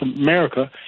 America